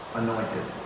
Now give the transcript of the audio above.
anointed